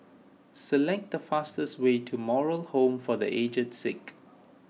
select the fastest way to Moral Home for the Aged Sick